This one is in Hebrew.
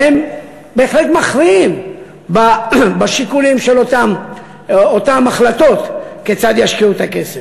שהם בהחלט מכריעים בשיקולים של אותן החלטות כיצד ישקיעו את הכסף.